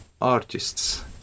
artists